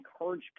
encourage